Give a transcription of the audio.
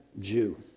Jew